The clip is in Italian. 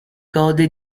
gode